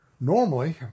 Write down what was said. Normally